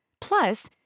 Plus